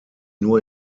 nur